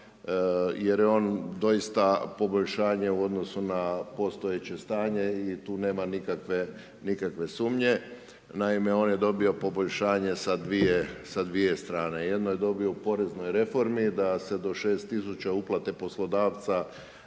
jer je on doista poboljšanje u odnosu na postojeće stanje i tu nema nikakve sumnje. Naime, on je dobio poboljšanje sa dvije strane, jedno je dobio u poreznoj reformi, da se do 6000 uplate poslodavca